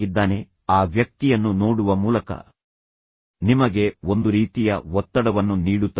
ತದನಂತರ ಆ ವ್ಯಕ್ತಿಯನ್ನು ನೋಡುವ ಮೂಲಕ ಅದು ನಿಮಗೆ ಒಂದು ರೀತಿಯ ಒತ್ತಡವನ್ನು ನೀಡುತ್ತದೆ